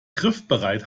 griffbereit